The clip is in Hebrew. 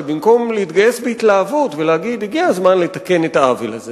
שבמקום להתגייס בהתלהבות ולהגיד: הגיע הזמן לתקן את העוול הזה